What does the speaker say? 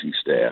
staff